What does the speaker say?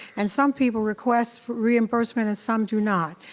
and some people request reimbursement and some do not.